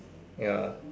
ya